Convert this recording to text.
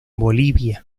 bolivia